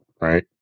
right